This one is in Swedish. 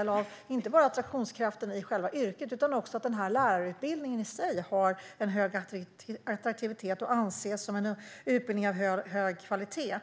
Det handlar då inte bara om attraktionskraften i själva yrket utan om att lärarutbildningen i sig har en hög attraktivitet och anses vara en utbildning av hög kvalitet.